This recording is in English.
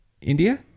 India